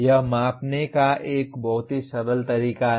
यह मापने का एक बहुत ही सकल तरीका है